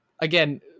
again